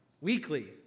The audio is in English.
weekly